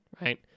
right